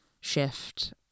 shift